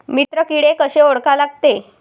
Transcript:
मित्र किडे कशे ओळखा लागते?